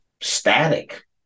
static